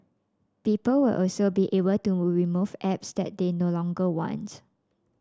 people will also be able to remove apps that they no longer want